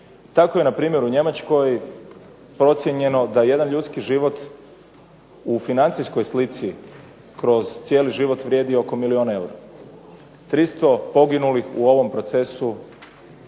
Tako je npr. u Njemačkoj procijenjeno da jedan ljudski život u financijskoj slici kroz cijeli život vrijedi oko milijun eura, 300 poginulih u ovom procesu